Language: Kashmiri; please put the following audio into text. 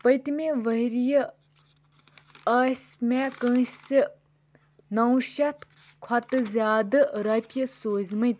پٔتۍمہِ ؤریہِ ٲسۍ مےٚ کٲنٛسہِ نَو شَتھ کھۄتہٕ زیادٕ رۄپیہِ سوٗزۍمٕتۍ